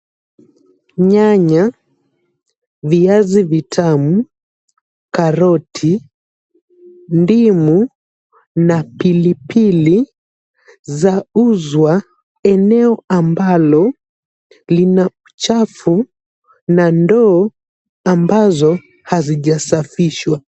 Nyanya, viazi vitamu, karoti, ndimu na pilipili zauzwa eneo ambalo lina uchafu na ndoo ambazo hazijasafishwa.